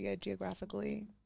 geographically